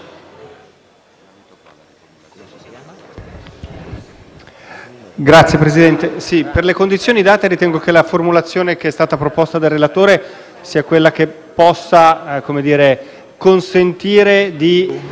Signor Presidente, per le condizione date ritengo che la formulazione proposta dal relatore sia quella che possa consentire di limitare, in questa fase,